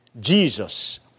Jesus